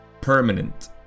permanent